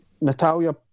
Natalia